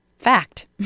fact